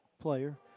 player